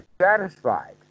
satisfied